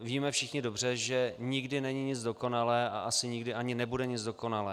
Víme všichni dobře, že nikdy není nic dokonalé a asi nikdy ani nebude nic dokonalé.